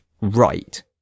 right